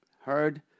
heard